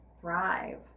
thrive